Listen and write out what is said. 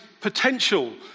potential